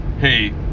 hey